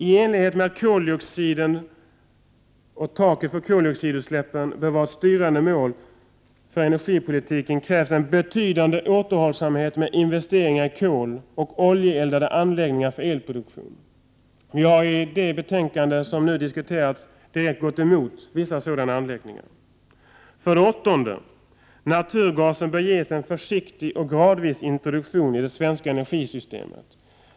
I enlighet med att taket för koldioxidutsläppen bör vara ett styrande mål för energipolitiken krävs en betydande återhållsamhet med investeringar i koloch oljeeldade anläggningar för elproduktion. Vi har i det betänkande som nu diskuteras direkt gått emot vissa sådana anläggningar. 8. Naturgasen bör ges en försiktig och gradvis introduktion i det svenska energisystemet.